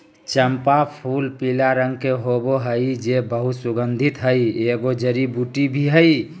चम्पा फूलपीला रंग के होबे हइ जे बहुत सुगन्धित हइ, एगो जड़ी बूटी भी हइ